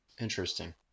Interesting